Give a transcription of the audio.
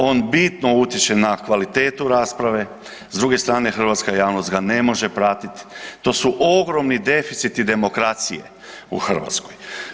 On bitno utječe na kvalitetu rasprave, s druge strane hrvatska javnost ga ne može pratit, to su ogromni deficiti demokracije u Hrvatskoj.